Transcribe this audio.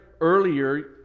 earlier